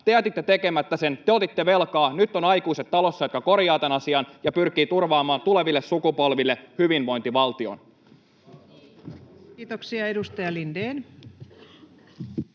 Te jätitte tekemättä sen, te otitte velkaa. Nyt ovat talossa aikuiset, jotka korjaavat tämän asian ja pyrkivät turvaamaan tuleville sukupolville hyvinvointivaltion. Kiitoksia. — Edustaja Lindén.